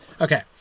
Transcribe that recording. Okay